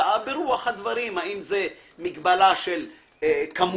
הצעה ברוח הדברים האם זה מגבלה של כמויות,